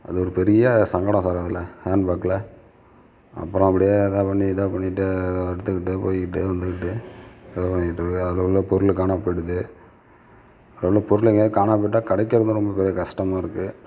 அது ஒரு பெரிய சங்கடம் சார் அதில் ஹேண்ட்பேக்கில் அப்புறம் அப்படியே அதை பண்ணி இதை பண்ணிட்டு இதை எடுத்துக்கிட்டு போய்கிட்டு வந்துக்கிட்டு இதை பண்ணிக்கிட்டு அதில் உள்ள பொருள் காணாப் போய்விடுது அதில் உள்ள பொருள் எங்கையாவது காணாமப் போய்விட்டா கிடைக்கிறதும் ரொம்ப பெரிய கஷ்டமாக இருக்குது